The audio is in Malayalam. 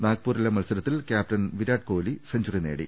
നാഗ്പൂരിലെ മത്സരത്തിൽ ക്യാപ്റ്റൻ വിരാട് കോഹ്ലി സെഞ്ചറി നേടി